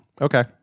Okay